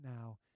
now